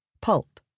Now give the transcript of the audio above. pulp